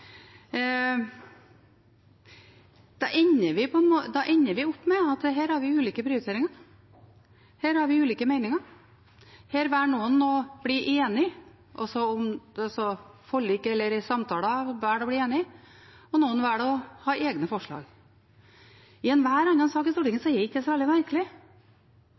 Da ender vi opp med at her har vi ulike prioriteringer, her har vi ulike meninger, her velger noen å bli enige, altså velger å bli enige gjennom forlik eller samtaler, og noen velger å ha egne forslag. I enhver annen sak i Stortinget er ikke det så veldig merkelig.